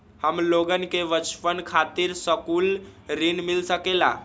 हमलोगन के बचवन खातीर सकलू ऋण मिल सकेला?